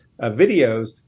videos